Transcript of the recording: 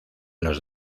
los